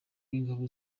w’ingabo